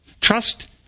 Trust